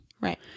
Right